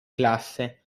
classe